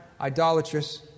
idolatrous